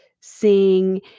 sing